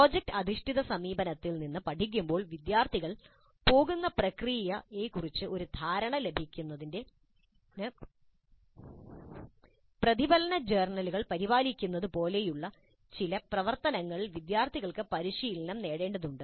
project അധിഷ്ഠിത സമീപനത്തിൽ നിന്ന് പഠിക്കുമ്പോൾ വിദ്യാർത്ഥികൾ പോകുന്ന പ്രക്രിയയെക്കുറിച്ച് ഒരുതരം ധാരണ ലഭിക്കുന്നതിന് പ്രതിഫലന ജേർണലുകൾ പരിപാലിക്കുന്നത് പോലുള്ള ചില പ്രവർത്തനങ്ങളിൽ വിദ്യാർത്ഥികൾക്ക് പരിശീലനം നൽകേണ്ടതുണ്ട്